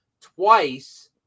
twice